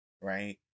Right